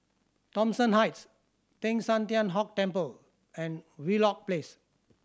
Thomson Heights Teng San Tian Hock Temple and Wheelock Place